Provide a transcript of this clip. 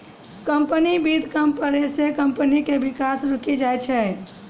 company वित्त कम पड़ै से कम्पनी के विकास रुकी जाय छै